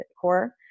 core